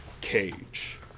cage